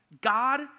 God